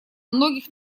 многих